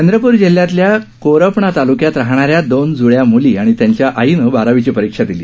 चंद्रपुर जिल्ह्यातल्या कोरपणा तालुक्यात राहणाऱ्या दोन जुळ्या मुली आणि त्यांच्या आईनं बारावीची परिक्षा दिली